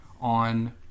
on